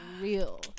real